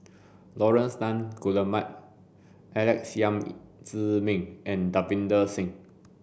Laurence Nunns Guillemard Alex Yam Ziming and Davinder Singh